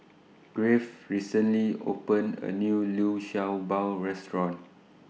Graves recently opened A New Liu Sha Bao Restaurant